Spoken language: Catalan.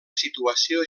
situació